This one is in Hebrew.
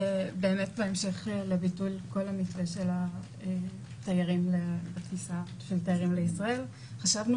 בהמשך לביטול כל מתווה הכניסה של תיירים לישראל חשבנו